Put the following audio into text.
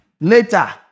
Later